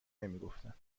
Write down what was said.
نمیگفتم